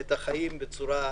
ה-26 בינואר 2020. נושא הישיבה: